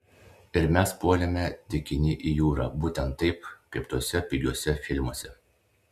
ir mes puolėme tekini į jūrą būtent taip kaip tuose pigiuose filmuose